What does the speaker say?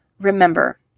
Remember